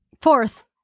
Fourth